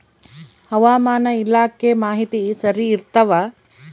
ಹವಾಮಾನ ಇಲಾಖೆ ಮಾಹಿತಿ ಸರಿ ಇರ್ತವ?